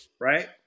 right